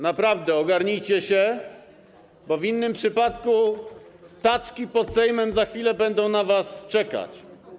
Naprawdę ogarnijcie się, bo w innym przypadku taczki pod Sejmem za chwilę będą na was czekać.